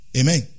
Amen